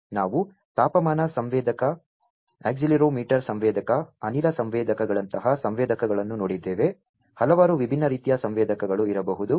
ನಾವು ತಾಪಮಾನ ಸಂವೇದಕ ಅಕ್ಸೆಲೆರೊಮೀಟರ್ ಸಂವೇದಕ ಅನಿಲ ಸಂವೇದಕಗಳಂತಹ ಸಂವೇದಕಗಳನ್ನು ನೋಡಿದ್ದೇವೆ ಹಲವಾರು ವಿಭಿನ್ನ ರೀತಿಯ ಸಂವೇದಕಗಳು ಇರಬಹುದು